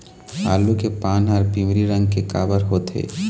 आलू के पान हर पिवरी रंग के काबर होथे?